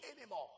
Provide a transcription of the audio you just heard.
anymore